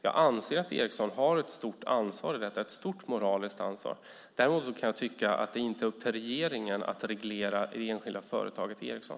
Jag anser att Ericsson har ett stort moraliskt ansvar i detta sammanhang. Däremot kan jag tycka att det inte är upp till regeringen att reglera det enskilda företaget Ericsson.